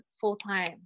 full-time